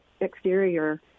exterior